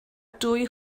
dwy